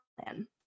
plan